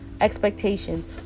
expectations